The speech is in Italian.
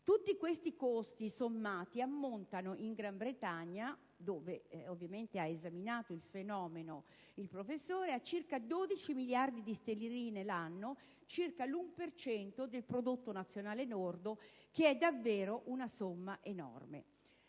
Tutti questi costi sommati ammontano in Gran Bretagna» - dove il professore ha esaminato il fenomeno - a circa 12 miliardi di sterline l'anno, circa l'1 per cento del prodotto nazionale lordo, che è davvero una somma enorme».